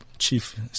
Chief